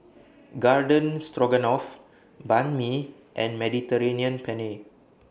Garden Stroganoff Banh MI and Mediterranean Penne